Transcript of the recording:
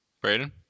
Braden